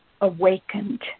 awakened